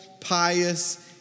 pious